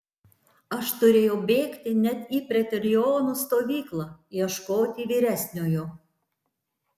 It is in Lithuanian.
aš turėjau bėgti net į pretorionų stovyklą ieškoti vyresniojo